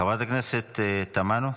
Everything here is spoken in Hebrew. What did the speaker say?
חברת הכנסת תמנו.